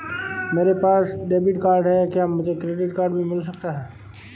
मेरे पास debit card है क्या मुझे क्रेडिट कार्ड भी मिल सकता है?